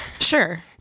Sure